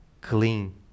clean